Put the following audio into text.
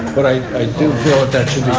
but i i do feel that that should